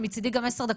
מצידי גם 10 דקות,